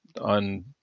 on